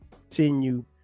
continue